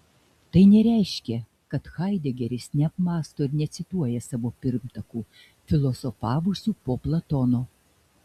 tai nereiškia kad haidegeris neapmąsto ir necituoja savo pirmtakų filosofavusių po platono